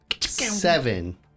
Seven